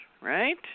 right